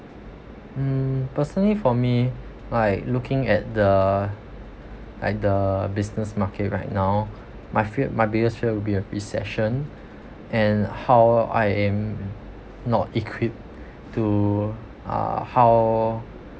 mm personally for me like looking at the like the business market right now my fear my biggest fear will be a recession and how I am not equipped to uh how